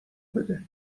بده